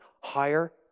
higher